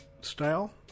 style